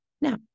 now